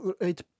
eight